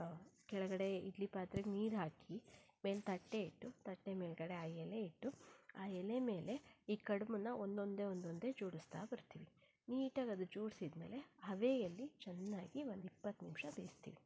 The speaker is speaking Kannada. ಆ ಕೆಳಗಡೆ ಇಡ್ಲಿ ಪಾತ್ರೆಗೆ ನೀರು ಹಾಕಿ ಮೇಲೆ ತಟ್ಟೆ ಇಟ್ಟು ತಟ್ಟೆ ಮೇಲ್ಗಡೆ ಆ ಎಲೆ ಇಟ್ಟು ಆ ಎಲೆ ಮೇಲೆ ಈ ಕಡಬನ್ನು ಒಂದೊಂದೆ ಒಂದೊಂದೆ ಜೋಡಿಸ್ತಾ ಬರ್ತೀವಿ ನೀಟಾಗಿ ಅದು ಜೋಡಿಸಿದ ಮೇಲೆ ಹಬೆಯಲ್ಲಿ ಚೆನ್ನಾಗಿ ಒಂದು ಇಪ್ಪತ್ತು ನಿಮಿಷ ಬೇಯಿಸ್ತೀವಿ